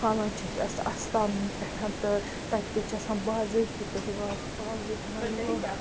کھالان چھِ أسۍ اَسہِ اَستانَن پٮ۪ٹھ تہٕ تَتہِ چھِ آسان باضٲبطہٕ پٲٹھۍ وازٕ پازٕ رَنان